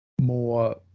more